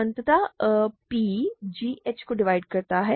अतः p g h को divide करता है